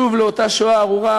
שוב, לאותה שואה ארורה.